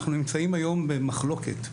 אנחנו נמצאים היום במחלוקת.